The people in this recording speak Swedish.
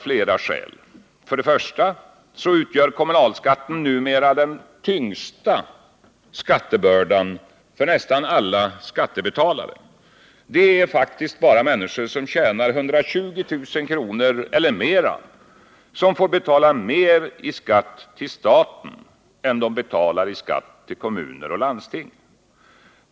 För det första utgör kommunalskatten numera den tyngsta skattebördan för nästan alla skattebetalare. Det är bara de människor som tjänar 120 000 kr. eller mer som får betala mer i skatt till staten än till kommun och landsting.